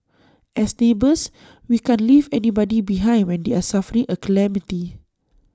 as neighbours we can't leave anybody behind when they're suffering A calamity